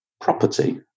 property